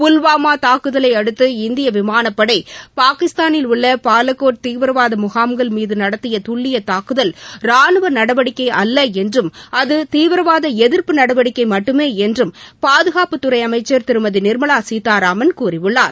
புல்வாமா தாக்குதலையடுத்து இந்திய விமானப்படை பாகிஸ்தானில் உள்ள பாலகோட் தீவிரவாத முகாம்கள் மீது நடத்திய துல்லிய தாக்குதல் ராணுவ நடவடிக்கை அல்ல என்றும் அது தீவிரவாத எதிா்ப்பு நடவடிக்கை மட்டுமே என்றும் பாதுகாப்புத்துறை அமைச்சா் திருமதி நிர்மலா சீதாராமன் கூறியுள்ளார்